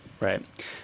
right